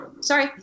sorry